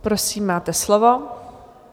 Prosím, máte slovo.